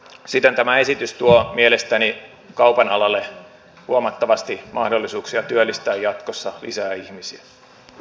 siten tämä esitys tuo mielestäni kaupan alalle huomattavasti mahdollisuuksia työllistää jatkossa lisää ihmisiä